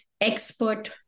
expert